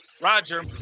Roger